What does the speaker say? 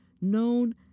known